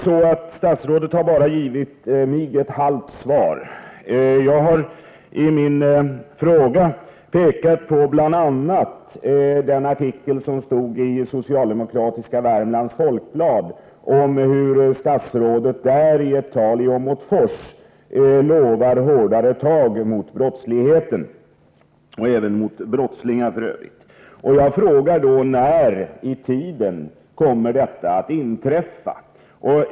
Statsrådet har givit mig bara ett halvt svar. Jag har i min fråga pekat på bl.a. en artikel i den socialdemokratiska tidningen Värmlands Folkblad om hur statsrådet i ett tali Åmotfors lovat hårdare tag mot brottslighet och även brottslingar. Jag frågar nu: När kommer detta att inträffa?